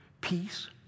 Peace